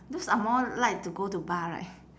those are more like to go to bar right